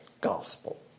gospel